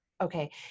Okay